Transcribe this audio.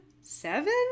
Seven